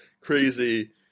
crazy